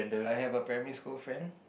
I have a primary school friend